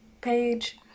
page